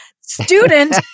student